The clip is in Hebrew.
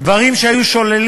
בעד, 39, אין מתנגדים, אין